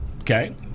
Okay